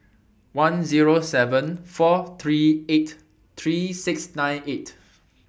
one Zero seven four three eight three six nine eight